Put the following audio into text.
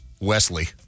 Wesley